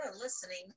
listening